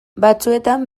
batzuetan